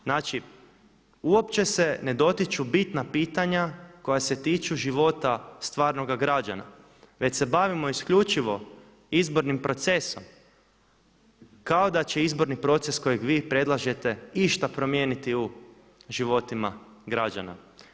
Znači uopće se ne dotiču bitna pitanja koja se tiču života stvarnoga građana već se bavimo isključivo izbornim procesom kao da će izborni proces kojeg vi predlažete išta promijeniti u životima građana.